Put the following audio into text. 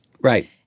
Right